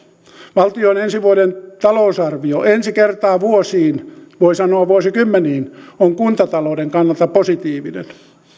valtion ensi vuoden talousarvio ensi kertaa vuosiin voi sanoa vuosikymmeniin on kuntatalouden kannalta positiivinen